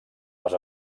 les